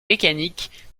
mécanique